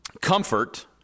comfort